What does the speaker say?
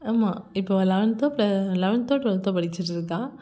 ஆமாம் இப்போ அவள் லெவன்த்தோ ப்ள லெவன்த்தோ டுவெல்த்தோ படிச்சிகிட்டு இருக்காள்